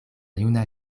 juna